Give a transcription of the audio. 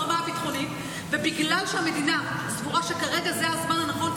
ברמה הביטחונית ובגלל שהמדינה סבורה שכרגע זה הזמן הנכון,